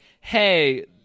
hey